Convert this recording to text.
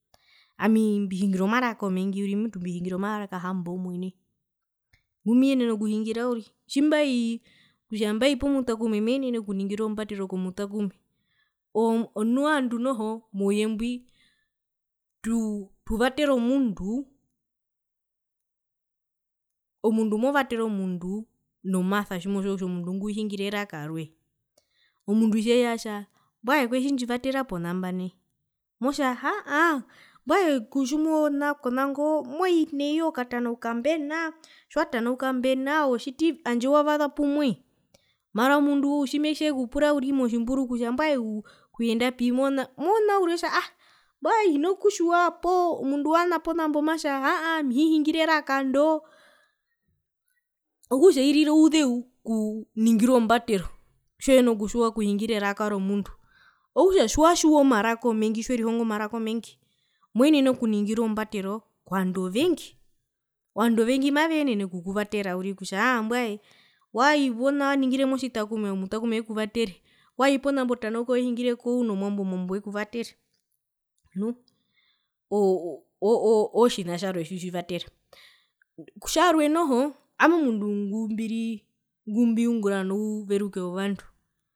Ami mbihingira omaraka omengi uriri mutu mbihingira omaraka hamboumwe nai ngumbiyenena okuhingira uriri tjimbaii kutja mbai pomutakume menene okuningira ombatero komutakume oo novandu noho mouye mbwi tuvatera omundu omundu movatere omundu nomasa tjimotjiwa kutja omundu ngwi uhingira eraka roye omundu tjeya atja mbwae koitjindjivatera pona mba nai motja haa aaa mbwae tjimona kona ngo moi nai akatanauka mbena tjiwatanauka otjitivi handje wavasa pumoi mara omundu tjime tjimekupura uriri motjimburu mona uriri otja mbwae hina kutjiwa poo mundu wahaama pona mbo matja aa ami hihingire eraka ndo okutja irira ouzeu okuningira ombatero tjiwehena kutjiwa okuhingira ereka romundu okutja tjiwa tjiwa omaraka omengi tjiwerihongo maraka omengi moenene okuningira ombatero kovandu ovengi ovandu ovengi maveenene okukuvatera uriri kutja aa mbwae wai kona waningire motjitakume omutakume wekuvatere wai ponambo otanauka wahingire kuno mwambo omwambo wekuvatere nu o oo otjina tjimwe tjitjivatera, tjarwe noho ami omundu ngumbiri ngumbiungura nouveruke wovandu